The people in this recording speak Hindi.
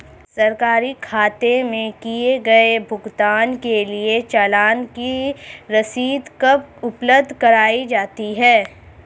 सरकारी खाते में किए गए भुगतान के लिए चालान की रसीद कब उपलब्ध कराईं जाती हैं?